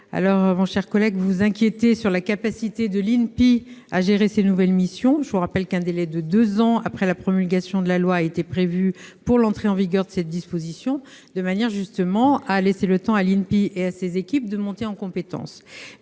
opposés. Mon cher collègue, vous vous inquiétez de la capacité de l'INPI à gérer ces nouvelles missions. Je vous rappelle qu'un délai de deux ans après la promulgation de la loi a été prévu pour l'entrée en vigueur de cette disposition, afin de laisser aux équipes de cet organisme le temps de monter en compétences.